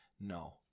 no